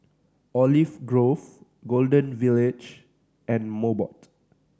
Olive Grove Golden Village and Mobot